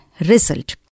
result